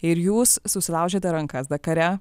ir jūs susilaužėte rankas dakare